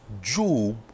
Job